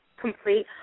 complete